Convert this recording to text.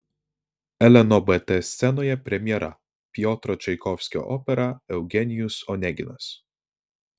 lnobt scenoje premjera piotro čaikovskio opera eugenijus oneginas